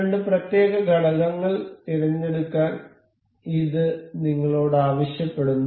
രണ്ട് പ്രത്യേക ഘടകങ്ങൾ തിരഞ്ഞെടുക്കാൻ ഇത് നിങ്ങളോട് ആവശ്യപ്പെടുന്നു